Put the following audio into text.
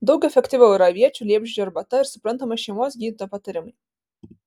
daug efektyviau yra aviečių liepžiedžių arbata ir suprantama šeimos gydytojo patarimai